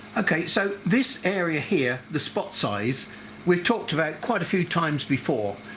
okay so this area here the spot size we've talked about quite a few times before,